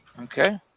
Okay